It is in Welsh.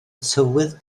tywydd